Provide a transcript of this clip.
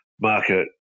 market